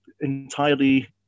entirely